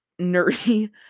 nerdy